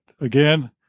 again